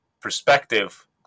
perspective